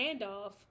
handoff